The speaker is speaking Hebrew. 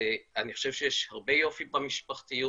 אני חושב שיש הרבה יופי במשפחתיות,